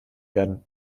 werden